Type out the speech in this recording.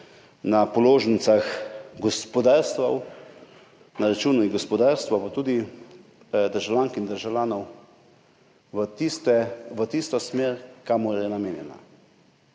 na položnicah gospodarstev, na račun gospodarstva, pa tudi državljank in državljanov, v tisto smer, kamor je namenjena?